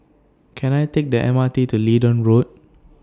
Can I Take The M R T to Leedon Road